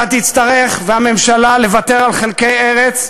אתה תצטרך, והממשלה, לוותר על חלקי ארץ,